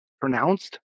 pronounced